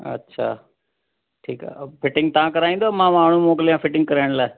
अच्छा ठीकु आहे फिटिंग तव्हां कराईंदो मां माण्हू मोकिलिया फिटिंग कराइण लाइ